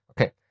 Okay